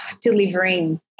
delivering